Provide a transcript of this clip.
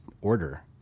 order